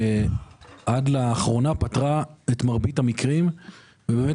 שעד לאחרונה פתרה את מרבית המקרים ובאמת